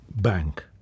bank